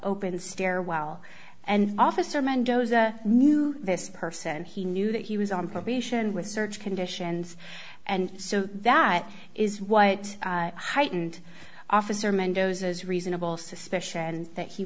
open stairwell and officer mendoza knew this person he knew that he was on probation with search conditions and so that is why it heightened officer mendoza's reasonable suspicion that he